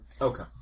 Okay